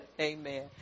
Amen